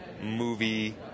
movie